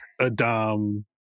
Adam